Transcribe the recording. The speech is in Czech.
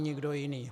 Nikdo jiný.